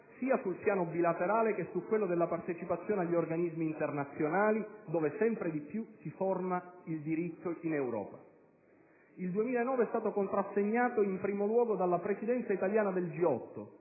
sia sul piano bilaterale che su quello della partecipazione agli organismi internazionali, dove sempre di più si forma il diritto in Europa. Il 2009 è stato contrassegnato in primo luogo dalla Presidenza italiana del G8,